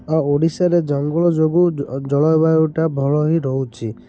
ଆଉ ଓଡ଼ିଶାରେ ଜଙ୍ଗଲ ଯୋଗୁଁ ଜଳବାୟୁଟା ଭଲ ହିଁ ରହୁଛି